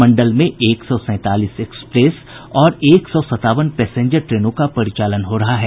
मंडल में एक सौ सैंतालीस एक्सप्रेस और एक सौ सत्तावन पैसेंजर ट्रेनों का परिचालन हो रहा है